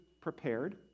prepared